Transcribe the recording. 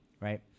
right